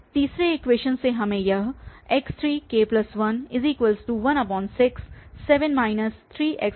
तीसरे इक्वेशन से हमें यह x3k1167 3x1k 2x2 मिलेगा और इसी तरह